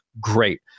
Great